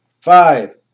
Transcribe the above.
Five